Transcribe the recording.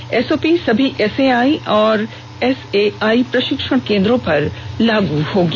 यह एसओपी सभी एसएआई और गैर एसएआई प्रशिक्षण केंद्रों पर लागू होगी